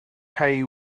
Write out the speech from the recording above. hay